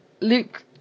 Luke